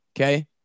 Okay